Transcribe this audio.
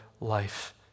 life